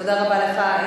תודה רבה לך.